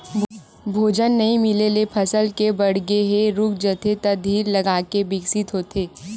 भोजन नइ मिले ले फसल के बाड़गे ह रूक जाथे त धीर लगाके बिकसित होथे